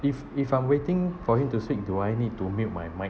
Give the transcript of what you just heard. if if I'm waiting for him to speak do I need to mute my mic